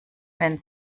wenn